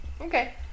Okay